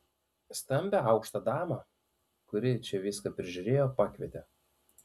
stambią aukštą damą kuri čia viską prižiūrėjo pakvietė